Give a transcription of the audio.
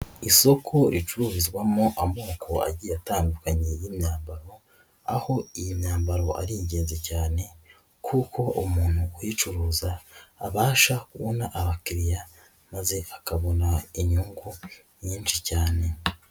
Isoko ricururizwamo amoko agiye atandukanye y'imyambaro aho iyi myambaro ari ingenzi cyane kuko umuntu uyicuruza abasha kubona abakiriya maze akabona inyungu nyinshi cyane.